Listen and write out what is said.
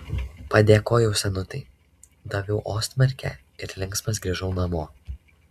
padėkojau senutei daviau ostmarkę ir linksmas grįžau namo